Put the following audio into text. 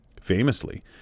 Famously